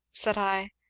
said i.